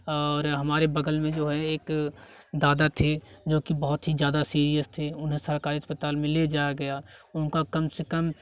और हमारे बगल में जो है एक दादा थे जो की बहुत ही ज्यादा सीरियस थे उन्हें सरकारी अस्पताल में ले जाया गया उनका कम से कम